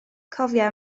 cofia